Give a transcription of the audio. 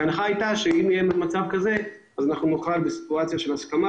ההנחה הייתה שאם נהיה במצב כזה נוכל להגיע לסיטואציה של הסכמה,